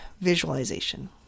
visualization